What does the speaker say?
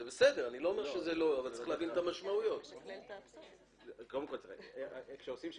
כשעושים שקלול,